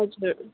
हजुर